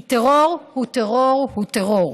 כי טרור הוא טרור הוא טרור.